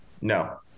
No